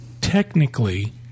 technically